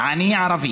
עני ערבי.